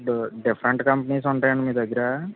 do different companies ఉంటాయండి మీ దగ్గర